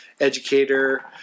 educator